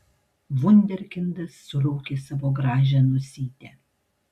vunderkindas suraukė savo gražią nosytę